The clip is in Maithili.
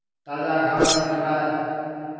ताजा घास रखनाइ